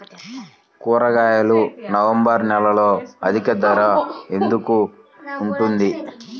కూరగాయలు నవంబర్ నెలలో అధిక ధర ఎందుకు ఉంటుంది?